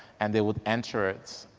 and they would enter it,